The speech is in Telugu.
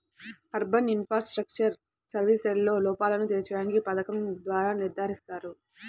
అర్బన్ ఇన్ఫ్రాస్ట్రక్చరల్ సర్వీసెస్లో లోపాలను తీర్చడానికి పథకం ద్వారా నిర్ధారిస్తారు